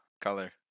color